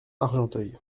argenteuil